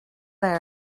léir